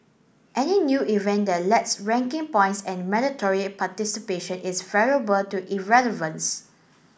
any new event that lacks ranking points and mandatory participation is valuable to irrelevance